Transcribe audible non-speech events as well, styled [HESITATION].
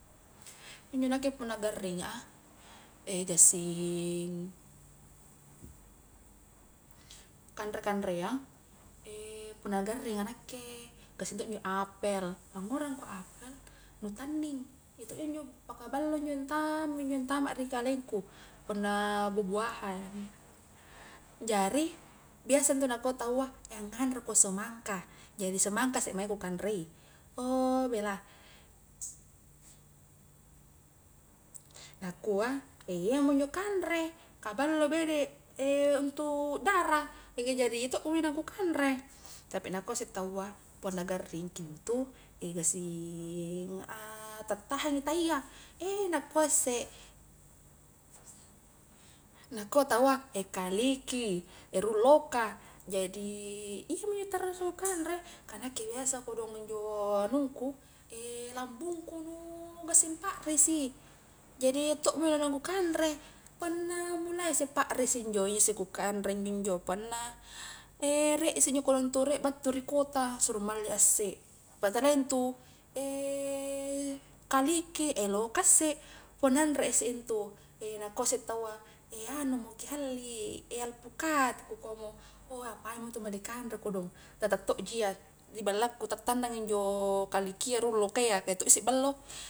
Injo nakke punna garringa a, [HESITATION] gassing kanre-kanreang, [HESITATION] punna garringa nakke, gassing to injo apel, angura angkua apel, nu tanning, iya tokji injo paka ballo injo antama injo antama ri kalengku punna bua-buahan, jari biasa intu nakua taua, angnganre ko semangka, jadi semangka isse mae ku kanrei ou bela, nakua [HESITATION] iya mo injo kanre ka ballo bede untuk dara [UNINTELLIGIBLE] jadi iya tokji injo naung ku kanre, tapi nakua isse taua, punna garring ki intu [HESITATION] gasing a tattahangi taia, [HESITATION] nakua isse nakua taua [HESITATION] kaliki rung loka, jadi iyaminjo tarrusu ku kanre, ka nakke biasa kodong injo anungku, [HESITATION] lambungku nu gassing pakrisi jadi iya tokmi injo naung ku kanre, punna mulai isse pakrisi injo iyasse ku kanreinjo-njo, punna [HESITATION] riek isse injo kodong tu riek battu ri kota, suru malli a isse, punna talia intu [HESITATION] kaliki, [HESITATION] loka isse, punna anre isse intu [HESITATION] nakua isse taua, [HESITATION] anu mo ki halli [HESITATION] alpukat, ku kuamo oapaimo intu mae dikanre kodong, tetak tokji iya ri ballaku ta tannang injo kalikia rung lokayya, ka iya to ise ballo.